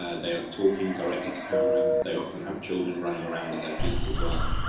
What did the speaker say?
ah they are talking directly to camera, and they often have children running around at their feet as well.